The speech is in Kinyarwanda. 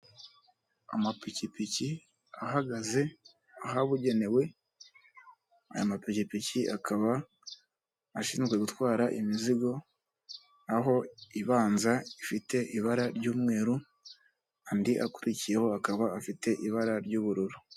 Amapikipiki ahagaze ahabugenewe, aya mapikipiki akaba ashinzwe gutwara imizigo aho ibanza ifite ibara ry'umweru andi akurikiyeho akaba afite ibara ry'ubururu.